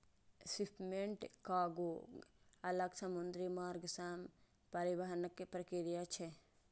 shipment कार्गों अलग समुद्री मार्ग सं परिवहनक प्रक्रिया छियै